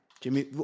Jimmy